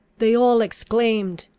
they all exclaimed,